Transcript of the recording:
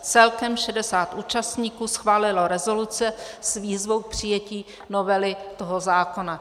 Celkem 60 účastníků schválilo rezoluce s výzvou k přijetí novely toho zákona.